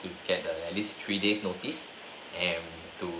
you can at least three days notice and to